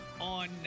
on